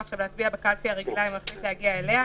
עכשיו להצביע בקלפי הרגילה אם החליט להגיע אליה,